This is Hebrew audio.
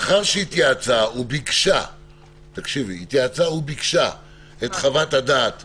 לאחר שהתייעצה וביקשה את חוות הדעת --- מה